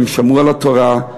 והם שמרו על התורה,